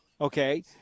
okay